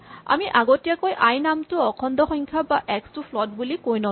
আমি আগতীয়াকৈ আই নামটো অখণ্ড সংখ্যা বা এক্স নামটো ফ্লট বুলি কৈ নলওঁ